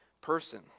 person